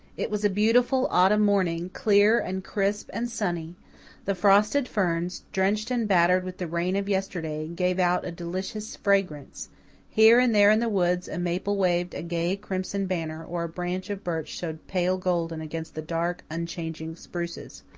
it was a beautiful autumn morning, clear and crisp and sunny the frosted ferns, drenched and battered with the rain of yesterday, gave out a delicious fragrance here and there in the woods a maple waved a gay crimson banner, or a branch of birch showed pale golden against the dark, unchanging spruces.